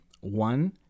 One